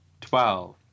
twelve